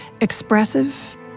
expressive